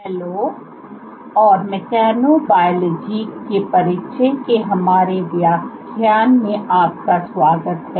hello और मैकेबोलॉजी के परिचय के हमारे व्याख्यान में आपका स्वागत है